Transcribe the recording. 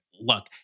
look